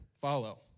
follow